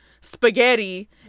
spaghetti